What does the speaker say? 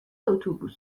اتوبوس